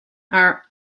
are